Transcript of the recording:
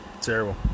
terrible